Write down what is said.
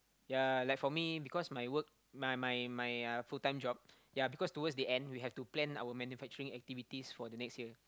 ya like for me because my work my my my uh full time job ya because towards the end we have to plan our manufacturing activities for the next year